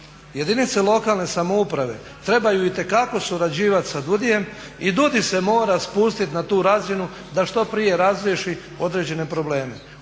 jedinice lokalne samouprave trebaju itekako surađivati sa DUDI-em i DUDI se mora spustit na tu razinu da što prije razriješi određene probleme.